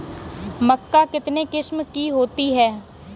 मक्का कितने किस्म की होती है?